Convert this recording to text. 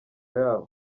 yabo